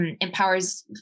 empowers